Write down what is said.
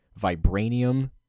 vibranium